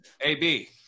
AB